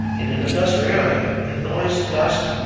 and an industrial area noise, dust,